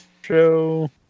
show